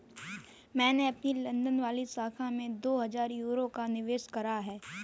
मैंने अपनी लंदन वाली शाखा में दो हजार यूरो का निवेश करा है